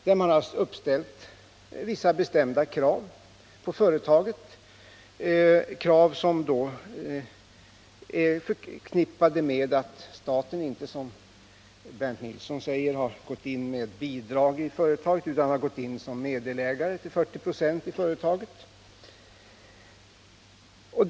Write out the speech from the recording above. Där har vissa krav ställts på företaget, krav som hänger samman med att staten inte, som Bernt Nilsson säger, har gått in med bidrag till företaget utan som delägare till 40 96.